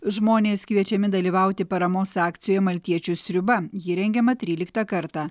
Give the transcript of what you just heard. žmonės kviečiami dalyvauti paramos akcijoje maltiečių sriuba ji rengiama tryliktą kartą